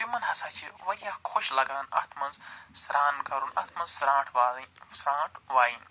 تِمن ہَسا چھِ وارِیاہ خۄش لگان اتھ منٛز سران کَرُن اتھ منٛز سرانٛٹھ والِنۍ سرانٛٹھ وایِنۍ